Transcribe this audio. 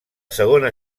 segona